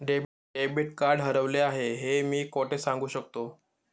Debit card हरवले आहे हे मी कोठे सांगू शकतो?